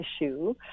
issue